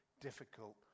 difficult